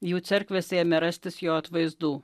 jų cerkvės ėmė rastis jo atvaizdų